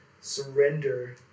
surrender